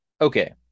okay